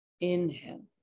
Inhale